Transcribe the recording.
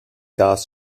gas